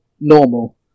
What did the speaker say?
normal